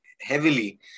heavily